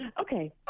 Okay